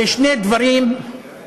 איינשטיין אמר ששני דברים הם